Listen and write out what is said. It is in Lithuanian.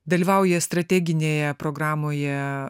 dalyvauja strateginėje programoje